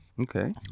Okay